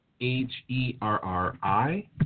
H-E-R-R-I